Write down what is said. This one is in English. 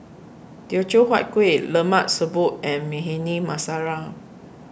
Teochew Huat Kuih Lemak Siput and Bhindi Masala